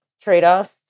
trade-off